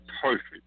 perfect